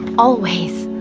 always